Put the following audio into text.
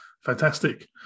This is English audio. fantastic